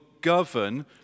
govern